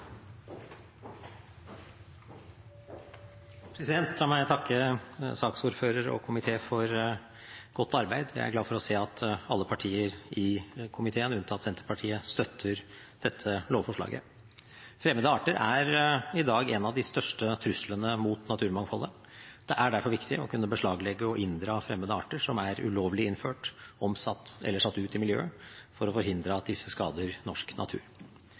glad for å se at alle partier i komiteen, unntatt Senterpartiet, støtter dette lovforslaget. Fremmede arter er i dag en av de største truslene mot naturmangfoldet. Det er derfor viktig å kunne beslaglegge og inndra fremmede arter som er ulovlig innført, omsatt eller satt ut i miljøet, for å forhindre at disse skader norsk natur.